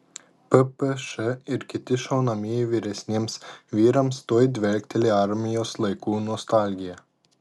ppš ir kiti šaunamieji vyresniems vyrams tuoj dvelkteli armijos laikų nostalgija